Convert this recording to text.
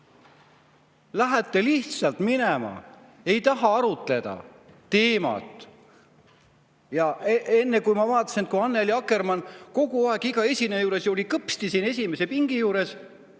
Lähete lihtsalt minema, ei taha arutleda teemat. Ja enne ma vaatasin, et Annely Akkermann kogu aeg iga esineja puhul oli kõpsti siin esimese pingi juures,